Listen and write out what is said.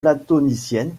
platonicienne